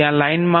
ત્યાં લાઈનમાં